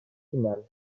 finales